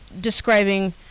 describing